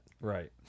Right